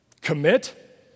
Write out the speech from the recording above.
commit